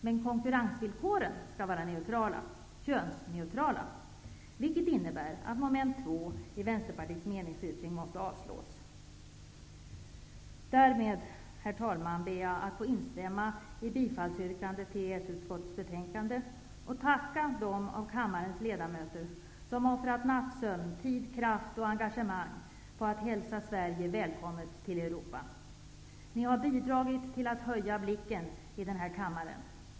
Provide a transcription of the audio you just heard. Men konkurrensvillkoren skall vara neutrala, könsneutrala, vilket innebär att mom. 2 i Vänsterpartiets meningsyttring måste avslås. Därmed ber jag, herr talman, att få instämma i yrkandet om bifall till hemställan i EES-utskottets betänkande. Jag vill tacka dem av kammarens ledamöter som har offrat nattsömn, tid, kraft och engagemang på att hälsa Sverige välkommen till Europa. De har bidragit till att höja blicken i denna kammare.